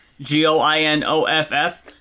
G-O-I-N-O-F-F